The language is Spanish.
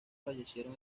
fallecieron